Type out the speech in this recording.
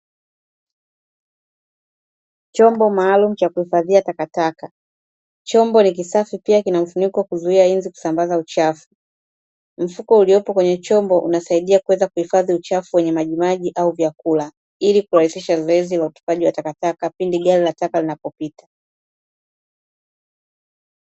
Chombo maalumu cha kuhifadhia takataka. Chombo ni kisafi pia kina mfuniko wa kuzuia nzi kusambaza uchafu. Mfuko uliopo kwenye chombo unasaidia kuweza kuhifadhi uchafu wenye majimaji au vyakula, ili kurahisisha zoezi la utupaji wa takataka pindi gari la taka linapopita.